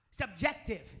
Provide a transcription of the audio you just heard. Subjective